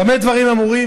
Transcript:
במה דברים אמורים?